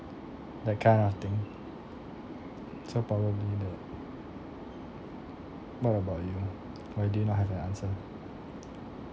that kind of thing so probably that what about you why do you not have an answer